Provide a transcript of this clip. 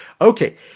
okay